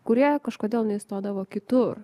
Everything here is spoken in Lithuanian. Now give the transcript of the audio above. kurie kažkodėl neįstodavo kitur